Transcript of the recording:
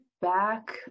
back